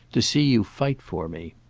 to see you fight for me.